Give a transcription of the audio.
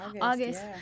August